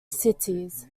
cities